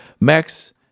Max